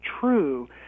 true